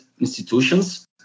institutions